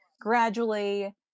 gradually